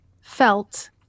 felt